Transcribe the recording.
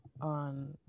on